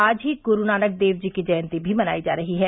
आज ही गुरू नानक देव जी की जयंती भी मनाई जा रही है